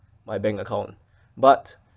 my bank account but